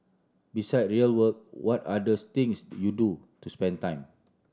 beside real work what are others things you do to spend time